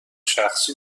شخصی